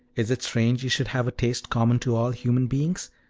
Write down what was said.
is it strange you should have a taste common to all human beings?